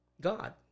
God